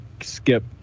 skip